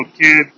kid